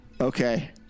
Okay